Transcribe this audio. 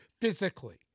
physically